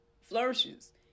flourishes